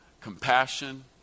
compassion